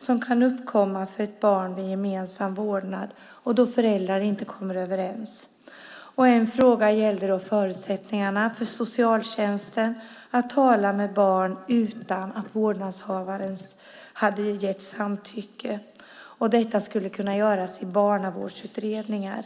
som kan uppkomma för ett barn vid gemensam vårdnad då föräldrar inte kommer överens. En fråga gällde förutsättningarna för socialtjänsten att tala med barn utan att vårdnadshavaren hade gett sitt samtycke. Detta skulle kunna göras i barnavårdsutredningar.